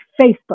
Facebook